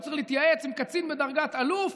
הוא צריך להתייעץ עם קצין בדרגת אלוף,